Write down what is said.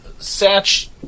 Satch